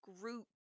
group